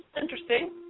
interesting